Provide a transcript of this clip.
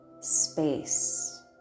space